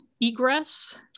egress